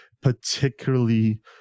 particularly